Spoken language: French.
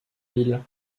ville